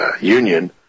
Union